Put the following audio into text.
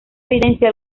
evidencia